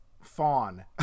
fawn